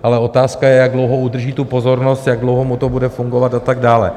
Ale otázka je, jak dlouho udrží pozornost, jak dlouho mu to bude fungovat a tak dále.